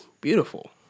beautiful